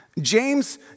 James